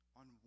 on